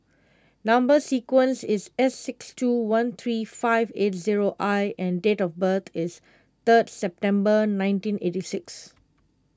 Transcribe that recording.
Number Sequence is S six two one three five eight zero I and date of birth is third September nineteen eighty six